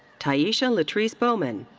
taisha latrice bowman.